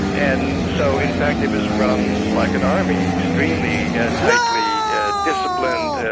and so in fact it was run like an army extremely ah tightly yeah disciplined,